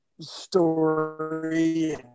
story